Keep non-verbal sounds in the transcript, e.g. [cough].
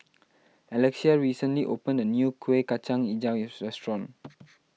Alexia recently opened a new Kueh Kacang HiJau restaurant [noise]